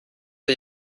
der